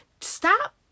stop